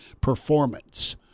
performance